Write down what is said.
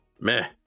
meh